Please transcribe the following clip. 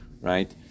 right